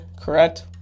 correct